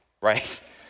right